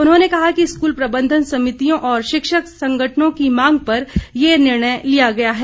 उन्होंने कहा कि स्कूल प्रबंधन समितियों और शिक्षक संगठनों की मांग पर ये निर्णय लिया गया है